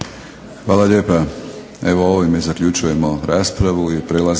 Hvala lijepa. Ovime zaključujemo raspravu